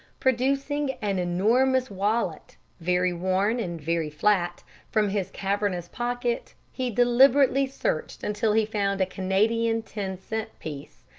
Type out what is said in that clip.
producing an enormous wallet very worn and very flat from his cavernous pocket, he deliberately searched until he found a canadian ten-cent piece,